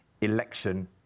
Election